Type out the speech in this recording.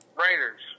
Raiders